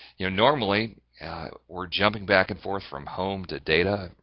you know, normally we're jumping back and forth from home to data,